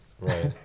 Right